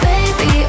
Baby